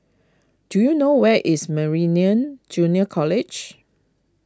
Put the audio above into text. do you know where is Meridian Junior College